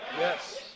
Yes